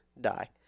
die